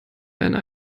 einen